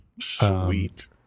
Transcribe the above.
Sweet